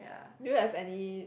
do you have any